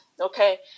okay